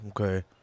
okay